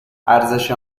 ارزش